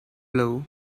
blue